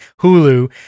Hulu